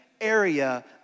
area